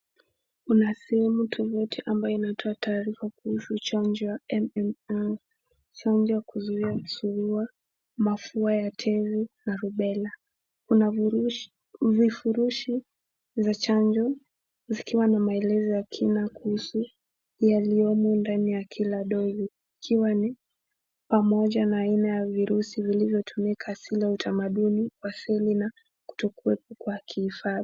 Kuna sehemu tofauti ambayo inatoa taarifa kuhusu chanjo ya MMR, chanjo ya kuzuia surua, mafua ya teri na rubela. Kuna vifurushi vya chanjo vikiwa na maelezo ya kina kuhusu yaliyomo ndani ya kila dozi ikiwa ni pamoja na aina ya virusi vilivyotumika sila utamadumi asili na kutokuwa wakihifadhi.